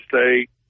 state